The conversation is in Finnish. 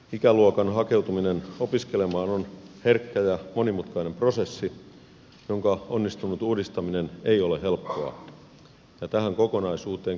ikäluokan hakeutuminen opiskelemaan on herkkä ja monimutkainen prosessi jonka onnistunut uudistaminen ei ole helppoa ja tähän kokonaisuuteen kytkeytyy myös rahoitusnäkökulmia